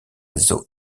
also